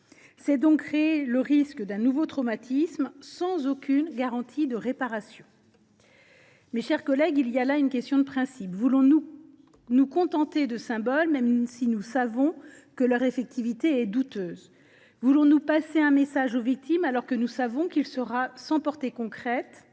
C’est donc créer le risque d’un nouveau traumatisme, sans aucune garantie de réparation. Mes chers collègues, il y a là une question de principe. Voulons nous nous contenter de symboles, même si nous savons que leurs répercussions sont douteuses ? Voulons nous passer un message aux victimes, alors que nous savons qu’il sera sans portée concrète ?